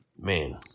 Man